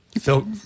Phil